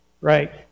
right